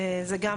זה גם,